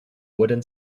wooden